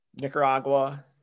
Nicaragua